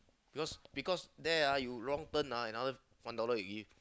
because because there ah you wrong turn ah another one dollar you give